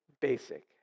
basic